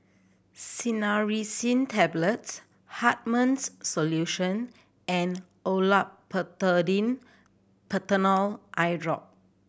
Cinnarizine Tablets Hartman's Solution and Olopatadine Patanol Eyedrop